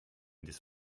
this